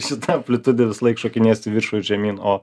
šita amplitudė visąlaik šokinės į viršų žemyn o